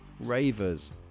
Ravers